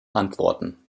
antworten